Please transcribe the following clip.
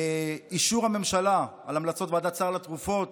אישור הממשלה על המלצות ועדת סל התרופות,